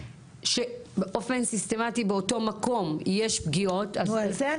שבאופן סיסטמתי באותו מקום יש פגיעות --- שרת